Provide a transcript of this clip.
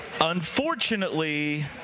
Unfortunately